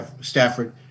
Stafford